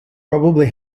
probably